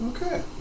Okay